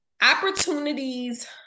Opportunities